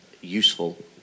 useful